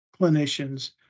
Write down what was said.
clinicians